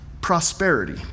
prosperity